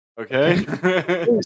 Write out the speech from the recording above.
Okay